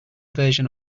version